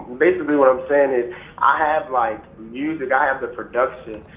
basically what i'm saying is i have like music, i have the production.